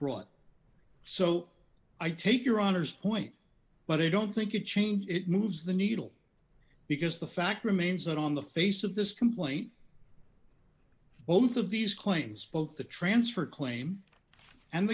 brought so i take your honour's point but i don't think it changed it moves the needle because the fact remains that on the face of this complaint both of these claims both the transfer claim and